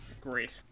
Great